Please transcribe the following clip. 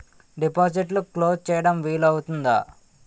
డిపాజిట్లు క్లోజ్ చేయడం వీలు అవుతుందా?